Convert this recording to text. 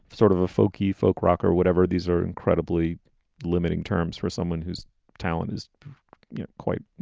sort of a folky folk rocker, whatever. these are incredibly limiting terms for someone whose talent is quite,